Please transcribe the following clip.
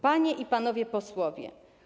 Panie i Panowie Posłowie!